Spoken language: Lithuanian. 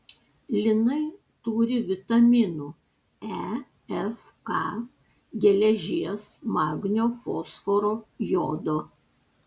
linai turi vitaminų e f k geležies magnio fosforo jodo